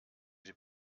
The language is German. die